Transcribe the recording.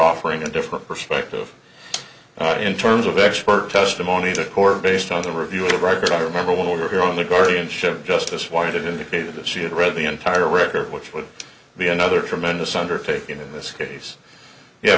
offering a different perspective in terms of expert testimony to court based on the review right but i remember when we were here on the guardianship justice why did indicate that she had read the entire record which would be another tremendous undertaking in this case y